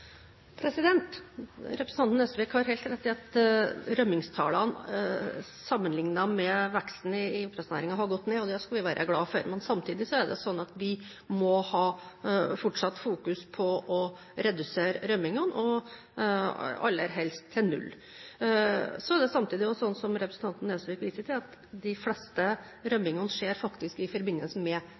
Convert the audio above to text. Representanten Nesvik har helt rett i at rømningstallene, sammenliknet med veksten i oppdrettsnæringen, har gått ned – og det skal vi være glade for. Men vi må fortsatt ha fokus på å redusere rømningene, aller helst til null. Samtidig er det slik, som representanten Nesvik viser til, at de fleste rømningene faktisk skjer i forbindelse med